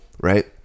right